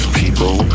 people